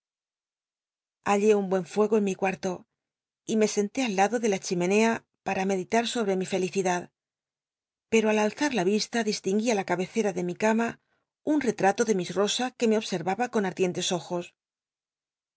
hallé un buen fuego en mi cuarto y me senté al lado de la chimenea para meditar sobre mi felicidad pero al alzar la visla distinguí i la cabecca de mi cama un retrato de miss nosa que me obscnaba con ardientes ojos